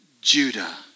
Judah